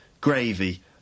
Gravy